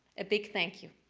a big thank you.